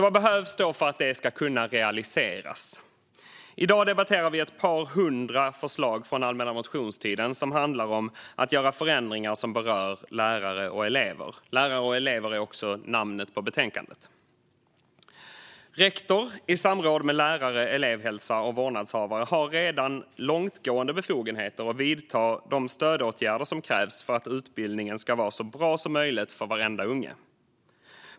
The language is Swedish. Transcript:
Vad behövs då för att det ska kunna realiseras? I dag debatterar vi ett par hundra förslag från allmänna motionstiden som handlar om att göra förändringar som berör lärare och elever. Lärare och elever är också namnet på betänkandet. Rektor i samråd med lärare, elevhälsa och vårdnadshavare har redan långtgående befogenheter att vidta de stödåtgärder som krävs för att utbildningen ska vara så bra som möjligt för varenda unge.